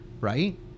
right